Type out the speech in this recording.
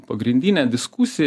pagrindinė diskusija